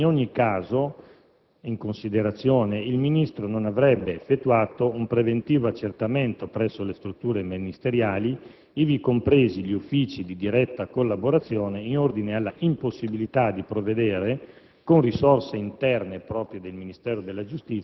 Inoltre, andrebbe sottolineato che, in ogni caso, il Ministro non avrebbe effettuato un preventivo accertamento presso le strutture ministeriali, ivi compresi gli uffici di diretta collaborazione, in ordine all'impossibilità di provvedere,